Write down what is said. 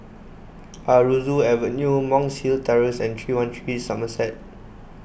Aroozoo Avenue Monk's Hill Terrace and three one three Somerset